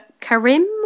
Karim